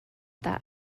that